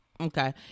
okay